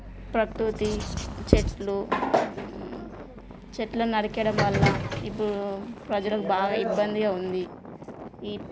ప్రకృతి చెట్లు చెట్లను నరికేయడం వల్ల ఇప్పుడు ప్రజలకు బాగా ఇబ్బందిగా ఉంది ఇప్